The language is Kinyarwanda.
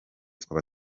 twaba